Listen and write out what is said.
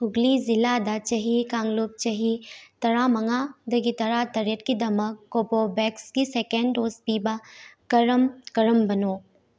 ꯍꯨꯒ꯭ꯂꯤ ꯖꯤꯜꯂꯥꯗ ꯆꯍꯤ ꯀꯥꯡꯂꯨꯞ ꯆꯍꯤ ꯇꯔꯥꯃꯉꯥꯗꯒꯤ ꯇꯔꯥꯇꯔꯦꯠ ꯀꯤꯗꯃꯛ ꯀꯣꯕꯣꯕꯦꯛꯁꯒꯤ ꯁꯦꯀꯦꯟ ꯗꯣꯁ ꯄꯤꯕ ꯀꯔꯝ ꯀꯔꯝꯕꯅꯣ